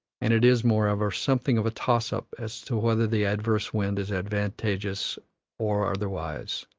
and it is, moreover, something of a toss-up as to whether the adverse wind is advantageous or otherwise.